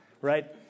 Right